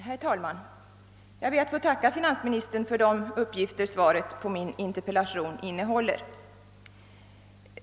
Herr talman! Jag ber att få tacka finansministern för de uppgifter svaret på min interpellation innehåller.